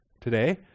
today